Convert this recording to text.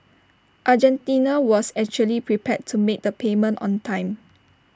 Argentina was actually prepared to make the payment on time